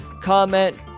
comment